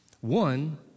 One